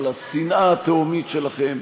אבל השנאה התהומית שלכם,